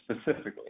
Specifically